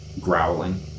Growling